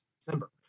December